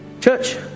Church